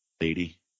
Lady